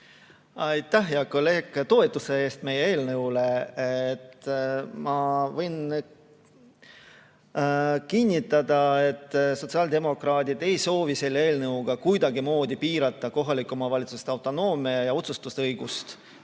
Aitäh, hea kolleeg, toetuse eest meie eelnõule! Ma võin kinnitada, et sotsiaaldemokraadid ei soovi selle eelnõuga kuidagimoodi piirata kohalike omavalitsuste autonoomiat ja otsustusõigust.